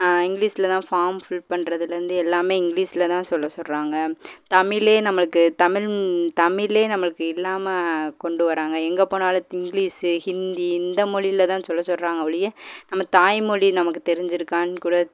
இங்கிலீஸ்ல தான் form fill பண்ணுறதுலேருந்து எல்லாமே இங்கிலீஸ்ல தான் சொல்ல சொல்கிறாங்க தமிழே நம்மளுக்கு தமிழ் தமிழே நம்மளுக்கு இல்லாமல் கொண்டுவராங்கள் எங்கேப்போனாலும் இங்கிலீஸு ஹிந்தி இந்த மொழிலதான் சொல்ல சொல்கிறாங்க ஒழிய நம்ம தாய் மொழி நமக்கு தெரிஞ்சிருக்கான்னுக்கூட